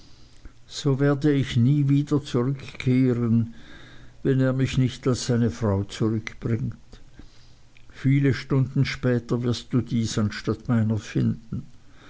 so werde ich nie wieder zurückkehren wenn er mich nicht als seine frau zurückbringt viele stunden später wirst du dies anstatt meiner finden